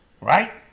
right